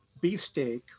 beefsteak